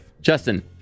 Justin